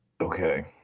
Okay